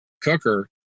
cooker